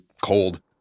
cold